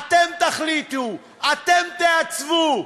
אתם תחליטו, אתם תעצבו.